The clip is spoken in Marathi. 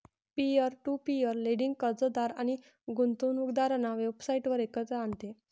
पीअर टू पीअर लेंडिंग कर्जदार आणि गुंतवणूकदारांना वेबसाइटवर एकत्र आणते